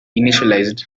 initialized